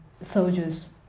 Soldier's